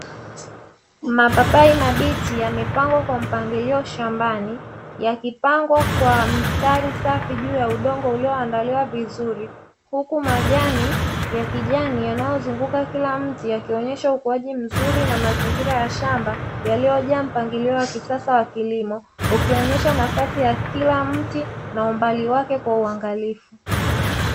Mapapai mabichi yamepangwa kwa mpangilio shambani yakipangwa kwa mstari safi juu ya udongo ulioandaliwa vizuri huku majani ya kijani yanayozunguka kila mti yakionyesha ukuaji mzuri na mazingira ya shamba yaliyojaa mpangilio wa kisasa wa kilimo ukionyesha nafasi ya kila mti na umbali wake kwa uangalifu.